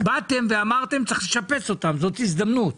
באתם ואמרתם שצריך לשפץ אותם, זאת הזדמנות,